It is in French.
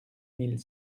mille